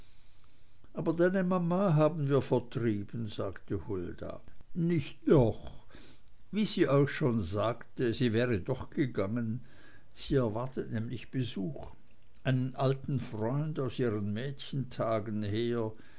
aber deine mama haben wir vertrieben sagte hulda nicht doch wie sie euch schon sagte sie wäre doch gegangen sie erwartet nämlich besuch einen alten freund aus ihren mädchentagen her